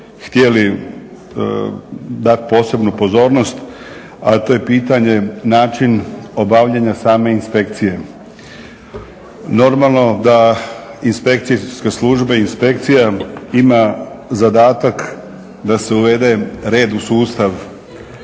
htjeli dati posebnu pozornost a to je pitanje, način obavljanja same inspekcije. Normalno da inspekcijske službe, inspekcija ima zadatak da se uvede red u sustav.